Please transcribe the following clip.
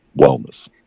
wellness